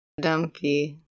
Dumpy